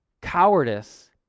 cowardice